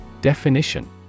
Definition